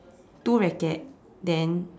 two racket then